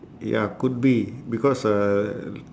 ya could be because uh